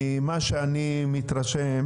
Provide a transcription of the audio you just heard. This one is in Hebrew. ממה שאני מתרשם,